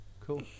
Cool